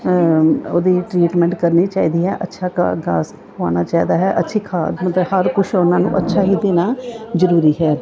ਉਹਦਾ ਟ੍ਰੀਟਮੈਂਟ ਕਰਨਾ ਚਾਹੀਦਾ ਹੈ ਅੱਛਾ ਘਾਹ ਗਾਸ ਖੁਆਉਣਾ ਚਾਹੀਦਾ ਹੈ ਅੱਛੀ ਖਾਦ ਹੁਣ ਤਾਂ ਹਰ ਕੁਛ ਉਹਨਾਂ ਨੂੰ ਅੱਛਾ ਹੀ ਦੇਣਾ ਜ਼ਰੂਰੀ ਹੈ